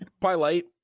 Twilight